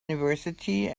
university